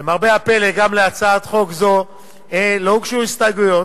למרבה הפלא גם להצעת חוק זאת לא הוגשו הסתייגויות.